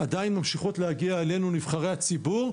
עדיין ממשיכות להגיע אלינו לנבחרי הציבור.